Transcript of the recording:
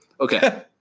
Okay